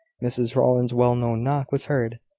mrs rowland's well-known knock was heard,